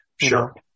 Sure